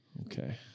Okay